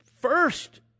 first